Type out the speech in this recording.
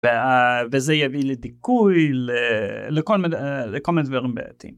וזה יביא לדיכוי לכל מיני דברים בעייתים.